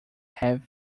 have